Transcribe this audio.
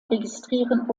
registrieren